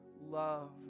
love